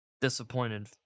disappointed